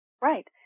right